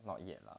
not yet lah